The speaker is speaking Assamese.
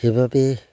সেইবাবে